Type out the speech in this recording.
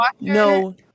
no